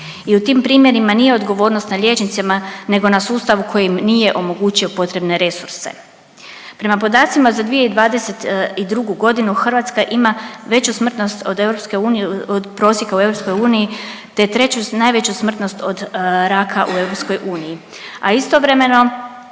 i u tim primjerima nije odgovornost na liječnicima nego na sustavu koji im nije omogućio potrebne resurse. Prema podacima za 2022. godinu Hrvatska ima veću smrtnost od EU od prosjeka u EU te treću najveću smrtnost od raka u EU,